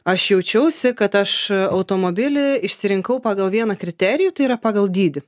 aš jaučiausi kad aš automobilį išsirinkau pagal vieną kriterijų tai yra pagal dydį